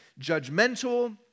judgmental